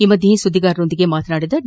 ಈ ಮಧ್ಯೆ ಸುದ್ದಿಗಾರರೊಂದಿಗೆ ಮಾತನಾಡಿದ ಡಿ